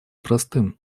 простым